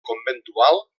conventual